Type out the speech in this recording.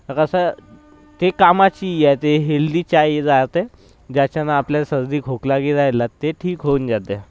कसं ते कामाचीही आहे ते हेल्थी चाय राहते ज्याच्यानं आपल्याला सर्दी खोकला भी राहिला ते ठीक होऊन जाते